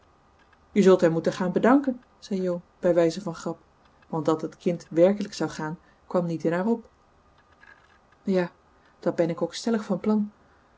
je zult hem moeten gaan bedanken zei jo bij wijze van grap want dat het kind werkelijk zou gaan kwam niet in haar op ja dat ben ik ook stellig van plan